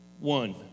One